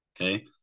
Okay